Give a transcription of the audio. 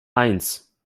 eins